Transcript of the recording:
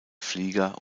flieger